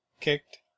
kicked